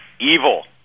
evil